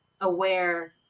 aware